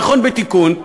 נכון, בתיקון.